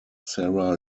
sarah